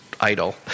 idle